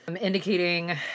indicating